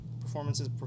performances